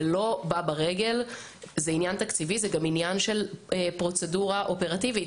יש פה עניין תקציבי וגם עניין של פרוצדורה אופרטיבית.